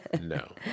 no